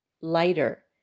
lighter